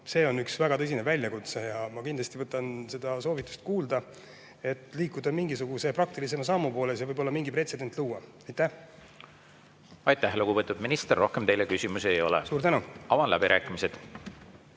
See on üks väga tõsine väljakutse. Ma kindlasti võtan seda soovitust kuulda, et liikuda mingisuguse praktilisema sammu poole ja mingi pretsedent luua. Aitäh, lugupeetud minister! Rohkem teile küsimusi ei ole. Suur tänu! Avan läbirääkimised.